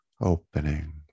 opening